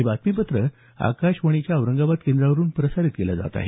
हे बातमीपत्र आकाशवाणीच्या औरंगाबाद केंद्रावरून प्रसारित केलं जात आहे